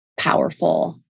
Powerful